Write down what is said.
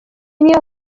niyo